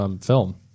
film